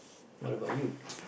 what about you